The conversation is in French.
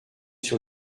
sur